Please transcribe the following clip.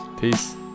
Peace